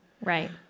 Right